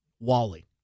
Wally